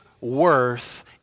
worth